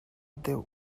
deuh